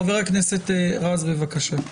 חה"כ רז, בבקשה.